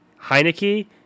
Heineke